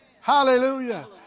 Hallelujah